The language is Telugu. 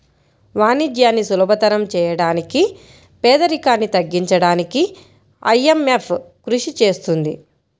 వాణిజ్యాన్ని సులభతరం చేయడానికి పేదరికాన్ని తగ్గించడానికీ ఐఎంఎఫ్ కృషి చేస్తుంది